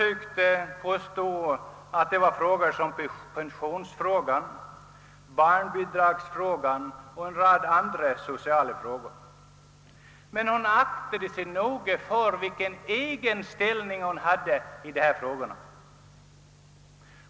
Hon påstod att detta gällde frågor som pensionsfrågan, barnbidragsfrågan och en rad andra sociala frågor. Men hon aktade sig noga för att ange vilken inställning hon själv hade i dessa frågor.